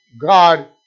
God